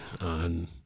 on